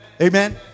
amen